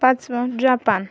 पाचवा जापान